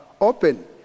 open